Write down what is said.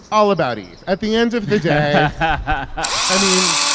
all about eve. at the end of the yeah ah i mean,